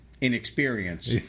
Inexperience